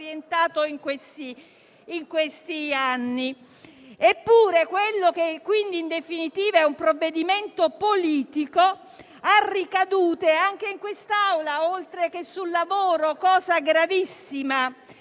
in questi anni. Eppure quello che, in definitiva, è un provvedimento politico ha ricadute anche su quest'Assemblea, oltre che sul lavoro. Si tratta